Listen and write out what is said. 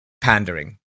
pandering